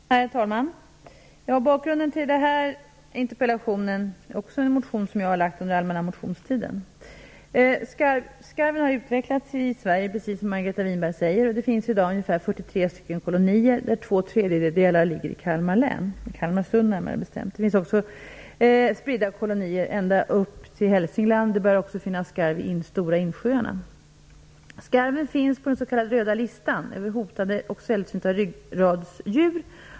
Herr talman! Bakgrunden till den här interpellationen är också en motion som jag har lagt under den allmänna motionstiden. Skarven har utvecklats i Sverige precis på det sätt som Margareta Winberg säger. Det finns i dag ungefär 43 kolonier. Två tredjedelar av dessa ligger i Kalmar län, i Kalmarsund närmare bestämt. Det finns också spridda kolonier ända upp till Hälsingland. Det börjar också finnas skarv i de stora insjöarna. Skarven finns med på den s.k. röda listan över hotade och sällsynta ryggradsdjur.